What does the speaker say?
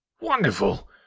wonderful